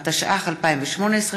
התשע"ט 2018,